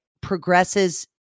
progresses